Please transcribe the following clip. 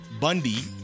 Bundy